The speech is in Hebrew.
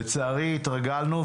לצערי התרגלנו,